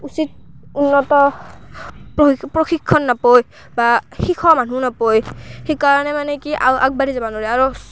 উচিত উন্নত পশি প্ৰশিক্ষণ নাপাৱেই বা শিখোৱা মানুহ নাপৱেই সিকাৰণে মানে কি আও আগবাঢ়ি যাবা নৰে আৰু